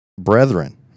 brethren